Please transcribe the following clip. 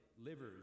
livers